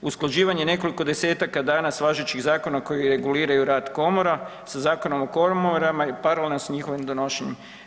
Usklađivanje nekoliko desetaka danas važećih zakona koji reguliraju rad komora sa Zakonom o komorama i paralelno s njihovim donošenjem.